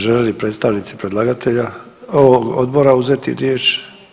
Žele li predstavnici predlagatelja, odbora uzeti riječ?